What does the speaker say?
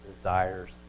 desires